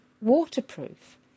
waterproof